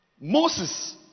Moses